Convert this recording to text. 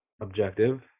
objective